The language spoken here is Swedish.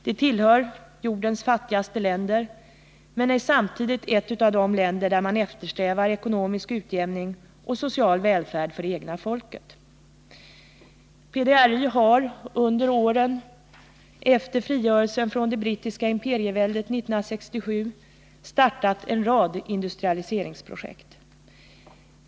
Det tillhör jordens fattigaste länder men är samtidigt ett av de länder där man eftersträvar ekonomisk utjämning och social välfärd för det egna folket. PDRY har under åren efter frigörelsen från det brittiska imperieväldet 1967 startat en rad industrialiseringsprojekt.